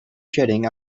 jetting